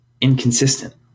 inconsistent